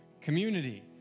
community